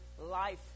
life